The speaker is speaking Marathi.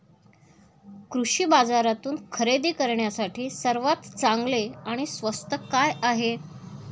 कृषी बाजारातून खरेदी करण्यासाठी सर्वात चांगले आणि स्वस्त काय आहे?